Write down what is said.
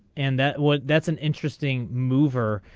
and that what that's an interesting mover.